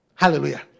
Hallelujah